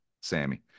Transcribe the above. sammy